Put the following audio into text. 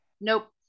nope